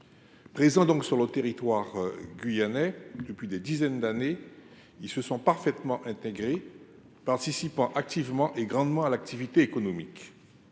Présents sur le territoire guyanais depuis des dizaines d’années, ils se sont parfaitement intégrés, participant activement et grandement à l’activité économique.